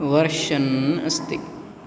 version अस्ति